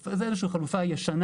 תחנת בת-חפר בבחינה ראשונית נוכל